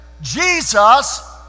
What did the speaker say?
Jesus